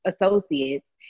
associates